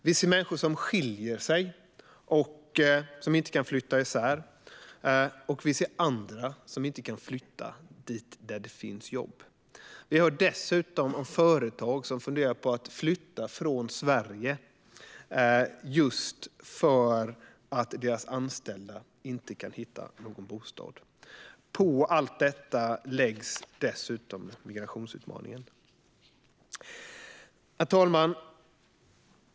Vi ser människor som skiljer sig men som inte kan flytta isär, och vi ser andra som inte kan flytta dit där det finns jobb. Vi hör dessutom om företag som funderar på att flytta från Sverige just på grund av att deras anställda inte kan hitta någon bostad. På allt detta läggs dessutom migrationsutmaningen. Herr talman!